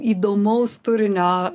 įdomaus turinio